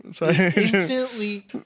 Instantly